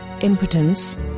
Impotence